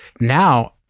Now